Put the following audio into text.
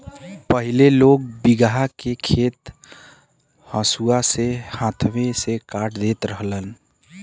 पहिले लोग बीघहा के खेत हंसुआ से हाथवे से काट देत रहल हवे